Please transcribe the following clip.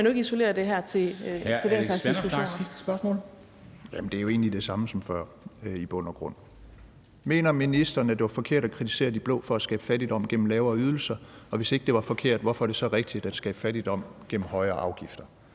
Det er jo egentlig det samme som før i bund og grund: Mener ministeren, at det var forkert at kritisere de blå for at skabe fattigdom gennem lavere ydelser? Og hvis det ikke var forkert, hvorfor er det så rigtigt at skabe fattigdom gennem højere afgifter?